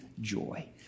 joy